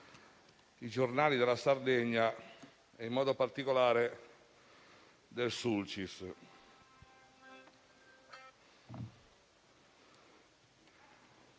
i giornali della Sardegna, e in modo particolare del Sulcis,